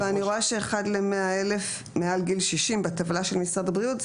ואני רואה ש-1 ל-100 אלף מעל לגיל 60 בטבלה של משרד הבריאות,